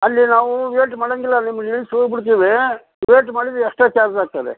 ಅಲ್ಲಿ ನಾವು ವೇಟ್ ಮಾಡೋಂಗಿಲ್ಲ ನಿಮ್ಮನ್ನು ಇಳ್ಸಿ ಹೋಗಿಬಿಡ್ತೀವಿ ವೇಟ್ ಮಾಡಿದರೆ ಎಕ್ಸ್ಟ್ರಾ ಚಾರ್ಜ್ ಆಗ್ತದೆ